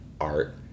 art